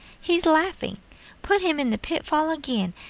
he's laughing put him in the pitfall again,